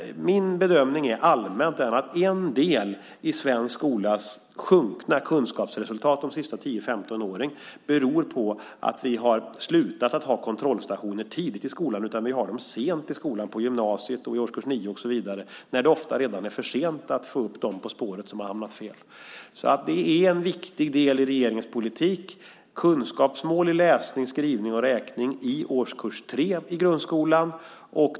Min bedömning är allmänt att en del i svensk skolas sjunkande kunskapsresultat de senaste 10-15 åren beror på att vi har slutat att ha kontrollstationer tidigt i skolan. Vi har dem sent i skolan på gymnasiet, årskurs 9 och så vidare, när det ofta redan är för sent att få upp dem på spåret som har hamnat fel. Det är en viktig del i regeringens politik. Det ska vara kunskapsmål i läsning, skrivning och räkning i årskurs 3 i grundskolan.